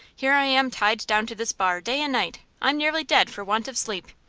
here i am tied down to this bar day and night! i'm nearly dead for want of sleep.